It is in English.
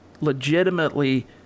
legitimately